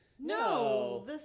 No